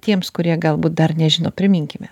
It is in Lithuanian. tiems kurie galbūt dar nežino priminkime